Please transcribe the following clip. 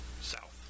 South